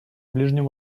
ближнем